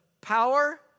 power